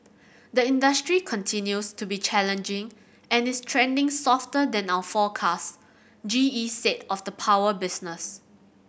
the industry continues to be challenging and is trending softer than our forecast G E said of the power business